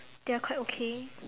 they are quite okay